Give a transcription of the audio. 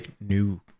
new